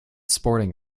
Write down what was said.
sporting